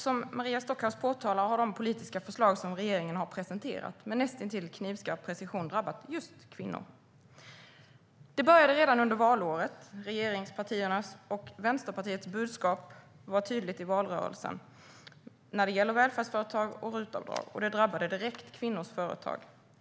Som Maria Stockhaus påtalar har de politiska förslag som regeringen presenterat med näst intill knivskarp precision drabbat just kvinnor. Det började redan under valåret. Regeringspartiernas och Vänsterpartiets budskap om välfärdsföretag och RUT-avdrag var tydligt i valrörelsen, och det drabbade direkt kvinnors företag.